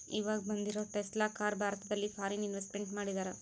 ಈವಾಗ ಬಂದಿರೋ Tesla car ಭಾರತದಲ್ಲಿ ಫಾರಿನ್ ಇನ್ವೆಸ್ಟ್ಮೆಂಟ್ ಮಾಡಿದರಾ